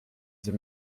the